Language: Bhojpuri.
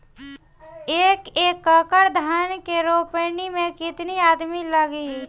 एक एकड़ धान के रोपनी मै कितनी आदमी लगीह?